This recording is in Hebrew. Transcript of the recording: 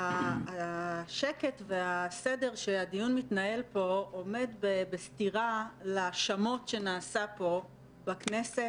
השקט והסדר שהדיון מתנהל פה עומד בסתירה לשמות שנעשות פה בכנסת